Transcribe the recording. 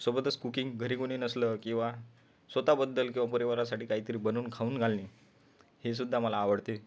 सोबतच कुकिंग घरी कोणी नसलं किंवा स्वतःबद्दल किंवा परिवारासाठी काहीतरी बनवून खाऊन घालणे हेसुद्धा मला आवडते